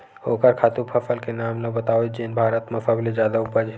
ओखर खातु फसल के नाम ला बतावव जेन भारत मा सबले जादा उपज?